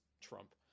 Trump